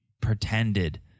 pretended